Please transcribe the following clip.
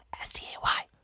S-T-A-Y